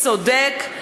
צודק,